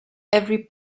every